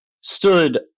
stood